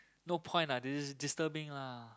no point lah dis~ disturbing lah